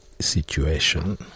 situation